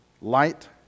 light